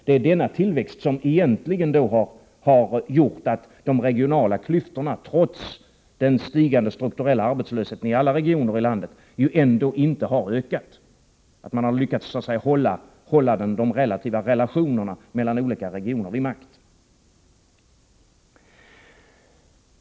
Det är denna tillväxt som egentligen har gjort att de regionala klyftorna, trots den stigande strukturella arbetslösheten i alla regioner i landet, ändå inte har ökat utan att man har lyckats hålla de relativa relationerna mellan olika regioner vid makt.